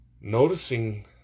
noticing